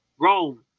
Rome